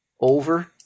over